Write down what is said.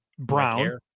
Brown